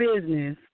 business